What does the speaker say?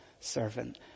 servant